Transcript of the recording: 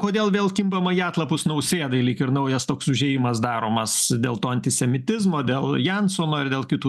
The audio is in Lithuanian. kodėl vėl kimbama į atlapus nausėdai lyg ir naujas toks užėjimas daromas dėl to antisemitizmo dėl jansono ir dėl kitų dalykų